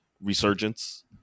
resurgence